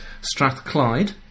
Strathclyde